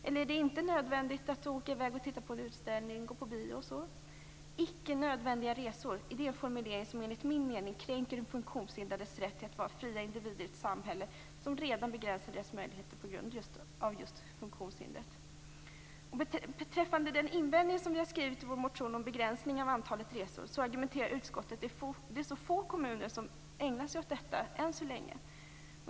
Är det inte nödvändigt att åka i väg för att titta på en utställning eller gå på bio? "Icke nödvändiga resor" är en formulering som enligt min mening kränker de funktionshindrades rätt att vara fria individer i ett samhälle som redan begränsar deras möjligheter just på grund av funktionshindret. Beträffande den invändning vi har skrivit i vår motion om begränsningen av antalet resor säger utskottet att det än så länge är så få kommuner som ägnar sig åt detta.